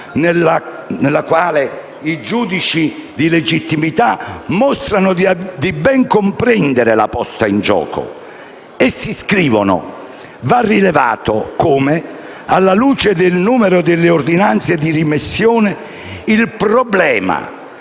nella quale i giudici di legittimità mostrano di ben comprendere la posta in gioco. Essi scrivono che: «Va solo rilevato, semmai, come, alla luce del numero delle ordinanze di rimessione (...), il problema